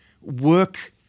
work